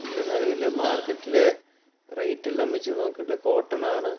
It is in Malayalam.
നമുക്ക് നിലവിൽ മാർക്കറ്റിലെ റേറ്റ് എല്ലാം വെച്ച് നോക്കീട്ട് കോട്ടനാണ്